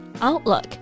Outlook